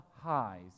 highs